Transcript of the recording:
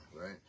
right